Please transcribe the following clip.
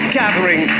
gathering